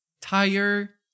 tire